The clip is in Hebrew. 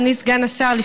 אדוני סגן השר,